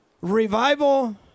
revival